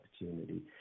opportunity